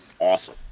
awesome